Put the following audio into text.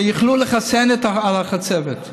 שיוכלו לחסן נגד החצבת.